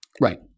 Right